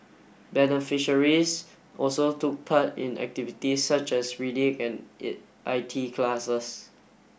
beneficiaries also took part in activities such as reading and it I T classes